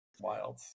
Wild